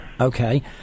Okay